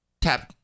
tap